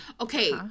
Okay